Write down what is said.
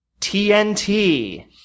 TNT